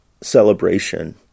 celebration